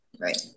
right